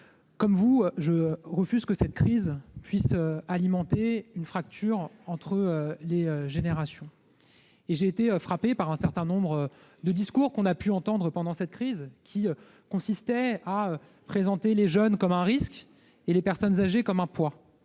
comme vous, je refuse que la crise puisse alimenter une fracture entre générations. J'ai été frappé par certains discours qu'on a pu entendre pendant cette crise, présentant les jeunes comme un risque et les personnes âgées comme un poids.